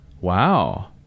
Wow